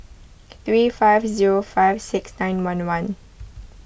three five zero five six nine one one